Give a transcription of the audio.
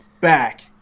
back